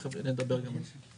ותיכף נדבר גם על זה.